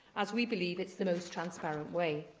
as we believe it's the most transparent way.